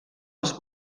els